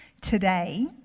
Today